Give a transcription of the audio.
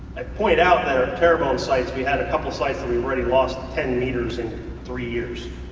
i pointed out that at terrebone sites we had a couple sites that we've already lost ten meters in three years.